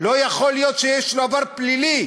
לא יכול להיות שיש לו עבר פלילי.